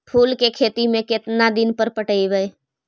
फूल के खेती में केतना दिन पर पटइबै?